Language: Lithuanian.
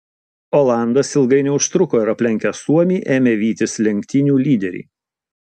olandas ilgai neužtruko ir aplenkęs suomį ėmė vytis lenktynių lyderį